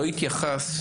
לא התייחסת,